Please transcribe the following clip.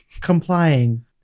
Complying